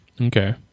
Okay